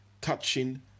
touching